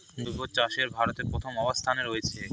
জৈব চাষে ভারত প্রথম অবস্থানে রয়েছে